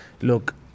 look